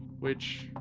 which,